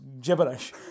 gibberish